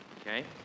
okay